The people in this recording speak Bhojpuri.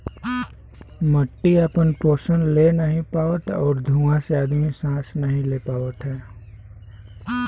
मट्टी आपन पोसन ले नाहीं पावत आउर धुँआ से आदमी सांस नाही ले पावत हौ